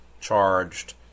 charged